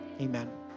amen